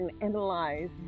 analyze